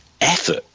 effort